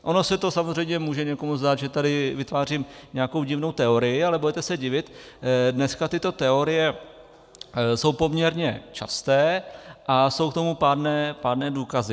Ono se to samozřejmě může někomu zdát, že tady vytvářím nějakou divnou teorii, ale budete se divit, dneska tyto teorie jsou poměrně časté a jsou k tomu pádné důkazy.